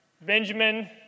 Benjamin